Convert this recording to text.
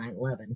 9-11